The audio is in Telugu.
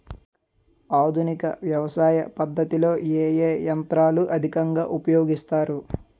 ఆధునిక వ్యవసయ పద్ధతిలో ఏ ఏ యంత్రాలు అధికంగా ఉపయోగిస్తారు?